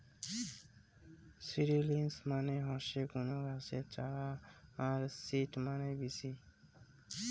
seedlings মানে হসে কুনো গাছের চারা আর সিড মানে বীচি